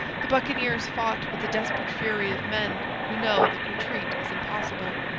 the buccaneers fought with the desperate fury of men who know that retreat is impossible,